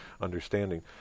understanding